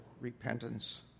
repentance